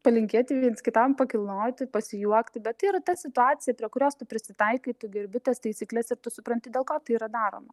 palinkėti viens kitam pakilnoti pasijuokti bet tai yra ta situacija prie kurios tu prisitaikai tu gerbi tas taisykles ir tu supranti dėl ko tai yra daroma